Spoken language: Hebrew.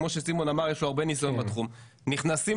כמו שסימון אמר ויש לו הרבה ניסיון בתחום נכנסים